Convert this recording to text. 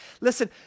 Listen